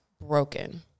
broken